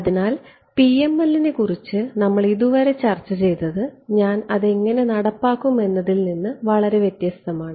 അതിനാൽ PML നെക്കുറിച്ച് നമ്മൾ ഇതുവരെ ചർച്ചചെയ്തത് ഞാൻ അതെങ്ങിനെ നടപ്പാക്കും എന്നതിൽ നിന്ന് വളരെ വ്യത്യസ്തമാണ്